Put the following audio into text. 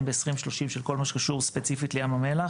ב-2030 של כל מה שקשור ספציפית לים המלח,